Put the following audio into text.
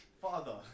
Father